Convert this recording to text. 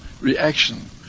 reaction